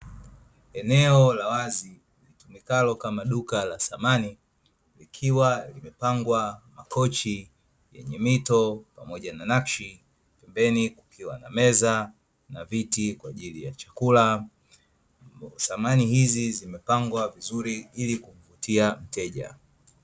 Eneo la wazi lijulikanalo kama duka la samani, likiwa limepangwa makochi yenye mito pamoja na nakshi;; pembeni kukiwa na meza na viti kwa ajili ya chakula. Samani hizi zimepangwa vizuri ili kuvutia mteja.